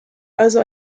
also